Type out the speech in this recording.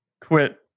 Quit